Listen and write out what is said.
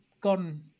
gone